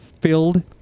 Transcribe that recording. filled